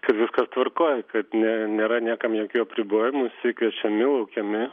kad viskas tvarkoj kad ne nėra niekam jokių apribojimų visi kviečiami laukiami